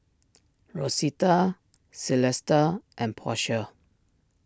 Rosita Celesta and Portia